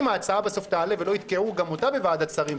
אם ההצעה בסוף תעלה ולא יתקעו גם אותה בוועדת שרים,